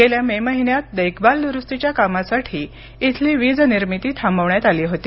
गेल्या मे महिन्यात देखभाल दुरुस्तीच्या कामासाठी इथली वीजनिर्मिती थांबवण्यात आली होती